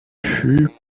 fut